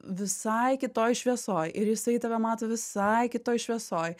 visai kitoj šviesoj ir jisai tave mato visai kitoj šviesoj